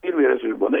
ir vyras ir žmona